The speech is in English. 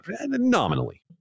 nominally